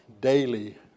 daily